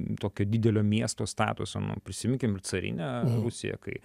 tokio didelio miesto statusą nu prisiminkime carinę rusiją kai